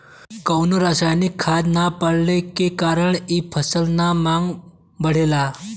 कवनो रासायनिक खाद ना पड़ला के कारण इ फसल के मांग बढ़ला